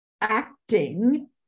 acting